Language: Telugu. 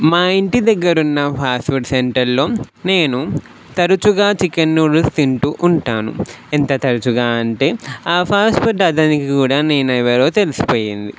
మా ఇంటి దగ్గర ఉన్న ఫాస్ట్ ఫుడ్ సెంటర్లో నేను తరచుగా చికెన్ నూడుల్స్ తింటూ ఉంటాను ఎంత తరుచుగా అంటే ఆ ఫాస్ట్ ఫుడ్ అతనికి కూడా నేను ఎవరో తెలిసిపోయింది